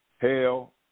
hail